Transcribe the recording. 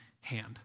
hand